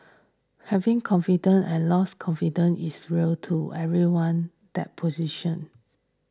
having confidence and losing confidence is real too everyone that position